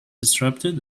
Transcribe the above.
disrupted